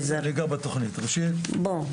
ראשית,